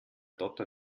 dotter